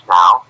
now